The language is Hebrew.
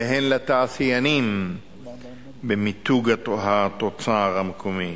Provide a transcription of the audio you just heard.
והן לתעשיינים במיתוג התוצר המקומי.